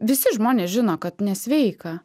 visi žmonės žino kad nesveika